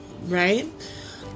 right